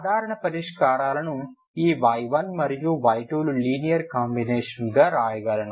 సాధారణ పరిష్కారాలను ఈ y1 మరియు y2 ల లీనియర్ కాంబినేషన్గా రాయగలను